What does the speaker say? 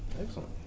Excellent